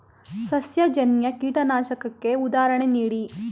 ಸಸ್ಯಜನ್ಯ ಕೀಟನಾಶಕಕ್ಕೆ ಉದಾಹರಣೆ ನೀಡಿ?